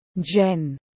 jen